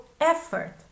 effort